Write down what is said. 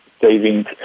savings